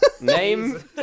Name